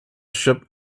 ship